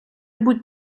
будь